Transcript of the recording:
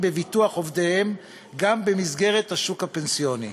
בביטוח עובדיהם גם במסגרת השוק הפנסיוני.